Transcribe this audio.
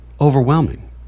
overwhelming